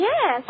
Yes